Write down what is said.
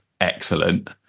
excellent